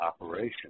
operation